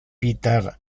peter